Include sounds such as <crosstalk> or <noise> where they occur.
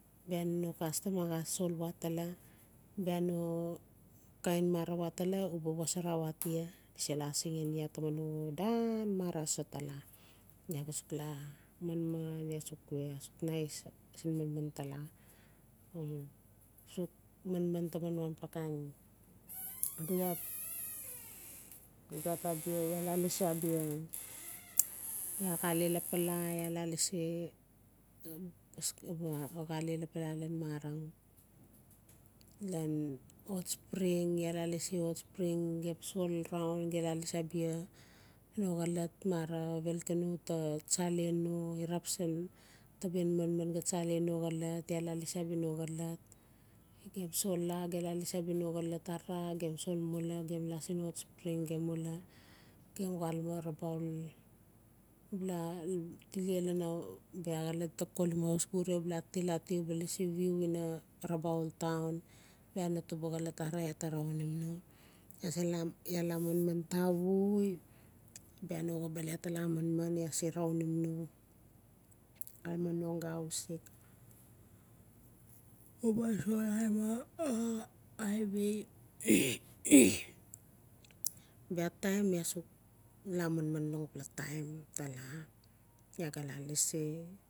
Bia no kastam axa sol watela bia no kain mara watala u ba xosara wat ia di se la asingen ia taman no dan mara so tala iaa ga suk la manman suk we asuk nais siin manmantala <unintelligible> manman taman wanpela kain <noise> <unintelligible> di gat abia iaa la lasi abia <noise> ia xale lapala iaa la lasi <unintelligible> xale lapala lan marang lan hot spring iaa lasi hot spring so lraun ge la lasi abia no xolot mara volcano ta tsalen no eruption ta ben manman ga tsalen no xolot iaa la lasi abia no xolot gem sol lagem la lasi abia no xolot arara gem sol mula la sin hot spring gen mula gem xalame rabaul la tile lano bia xolot di ta kolim aus guria la til atia bua lasi view ina rabaul town bia no tuba xolot arara la ta raunim no iaa la manman tavui bia no xoble ia tala manman ia raunim no <noise> xalame no aga ausik <unintelligible> highway <noise> bia taim iaa suk la manman longpela taim tala iaa gala lasi